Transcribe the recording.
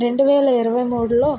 రెండు వేల ఇరవై మూడులో